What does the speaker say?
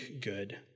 good